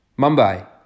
Mumbai